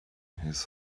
his